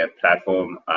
platform